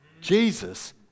Jesus